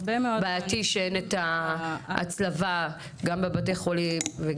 בעייתי שאין את ההצלבה גם בבתי החולים.